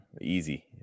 easy